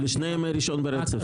לשני ימי ראשון ברצף.